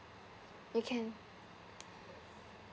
you can